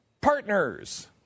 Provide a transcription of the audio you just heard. Partners